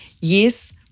yes